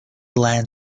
land